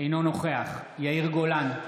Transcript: אינו נוכח יאיר גולן,